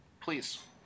Please